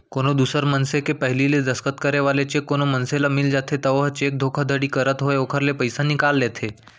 कोनो दूसर मनसे के पहिली ले दस्खत करे वाला चेक कोनो मनसे ल मिल जाथे त ओहा चेक धोखाघड़ी करत होय ओखर ले पइसा निकाल लेथे